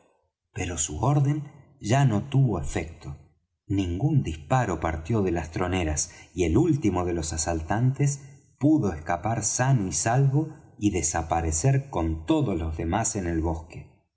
pero su orden ya no tuvo efecto ningún disparo partió de las troneras y el último de los asaltantes pudo escapar sano y salvo y desaparecer con todos los demás en el bosque